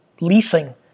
leasing